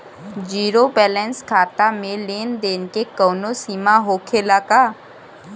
Zero balance खाता में लेन देन के कवनो सीमा होखे ला का?